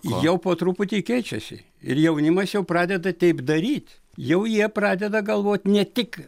jau po truputį keičiasi ir jaunimas jau pradeda taip daryt jau jie pradeda galvoti ne tik